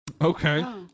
Okay